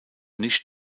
nicht